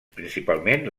principalment